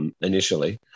initially